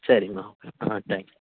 சரிம்மா ஓகே ஆ தேங்க்யூ